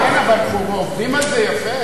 אנחנו עובדים על זה יפה.